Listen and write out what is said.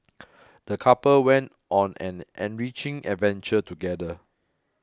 the couple went on an enriching adventure together